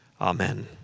Amen